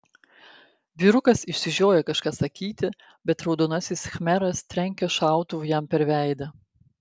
vyrukas išsižioja kažką sakyti bet raudonasis khmeras trenkia šautuvu jam per veidą